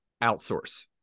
outsource